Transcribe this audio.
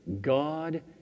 God